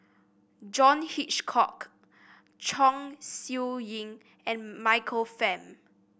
John Hitchcock Chong Siew Ying and Michael Fam